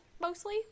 mostly